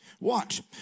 Watch